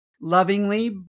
lovingly